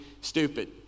stupid